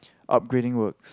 upgrading works